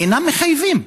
אינם מחייבים.